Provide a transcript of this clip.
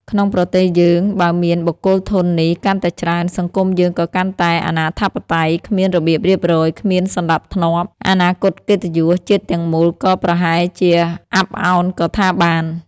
ក្នុងប្រទេសយើងបើមានបុគ្គលធន់នេះកាន់តែច្រើន សង្គមយើងក៏កាន់តែអនាធិបតេយ្យ គ្មានរបៀបរៀបរយ គ្មានសណ្តាប់ធ្នាប់ អនាគតកិត្តិយស ជាតិទាំងមូលក៏ប្រហែលជាអាប់ឱនក៏ថាបាន។